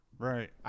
Right